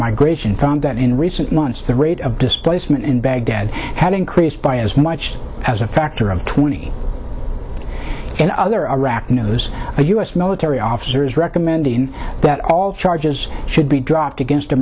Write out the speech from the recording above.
migration found that in recent months the rate of displacement in baghdad had increased by as much as a factor of twenty in other iraq knows a u s military officer is recommending that all charges should be dropped against a